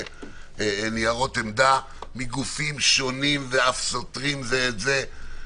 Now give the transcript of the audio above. וניירות עמדה מגופים שונים ואף סותרים זה את זה.